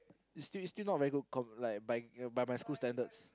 it's still it's still not very good come like by by my school standards